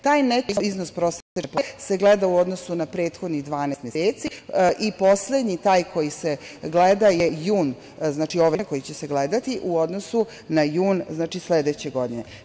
Taj neto iznos prosečne plate se gleda u odnosu na prethodnih 12 meseci i poslednji taj koji se gleda je jun ove godine, koji će se gledati, u odnosu na jun sledeće godine.